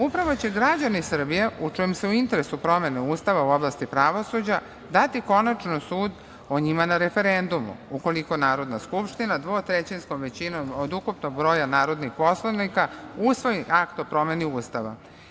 Upravo će građani Srbije u čijem su interesu promene ustava u oblasti pravosuđa dati konačan sud o njima na referendumu, ukoliko Narodna skupština dvotrećinskom većinom od ukupnog broja narodnih poslanika usvoji akt o promeni Ustava.